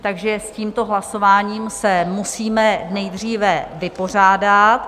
Takže s tímto hlasováním se musíme nejdříve vypořádat.